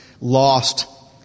lost